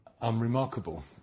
unremarkable